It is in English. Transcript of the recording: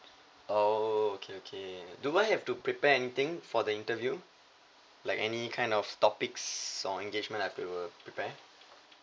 oh okay okay do I have to prepare anything for the interview like any kind of topics or engagement I have to prepare